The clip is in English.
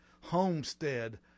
homestead